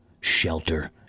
shelter